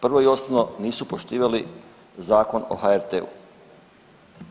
Prvo i osnovno nisu poštivali Zakon o HRT-u.